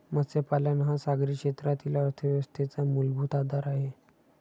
मत्स्यपालन हा सागरी क्षेत्रातील अर्थव्यवस्थेचा मूलभूत आधार आहे